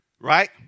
right